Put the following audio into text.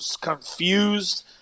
confused